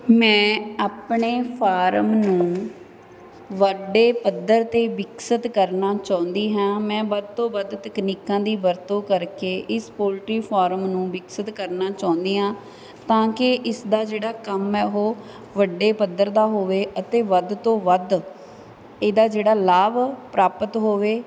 ਮੈਂ ਆਪਣੇ ਫਾਰਮ ਨੂੰ ਵੱਡੇ ਪੱਧਰ 'ਤੇ ਵਿਕਸਿਤ ਕਰਨਾ ਚਾਹੁੰਦੀ ਹਾਂ ਮੈਂ ਵੱਧ ਤੋਂ ਵੱਧ ਤਕਨੀਕਾਂ ਦੀ ਵਰਤੋਂ ਕਰਕੇ ਇਸ ਪੋਲਟੀ ਫਾਰਮ ਨੂੰ ਵਿਕਸਿਤ ਕਰਨਾ ਚਾਹੁੰਦੀ ਹਾਂ ਤਾਂ ਕਿ ਇਸਦਾ ਜਿਹੜਾ ਕੰਮ ਹੈ ਉਹ ਵੱਡੇ ਪੱਧਰ ਦਾ ਹੋਵੇ ਅਤੇ ਵੱਧ ਤੋਂ ਵੱਧ ਇਹਦਾ ਜਿਹੜਾ ਲਾਭ ਪ੍ਰਾਪਤ ਹੋਵੇ